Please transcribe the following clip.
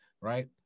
right